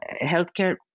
healthcare